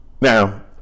now